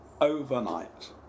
Overnight